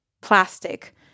Plastic